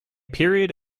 period